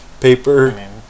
paper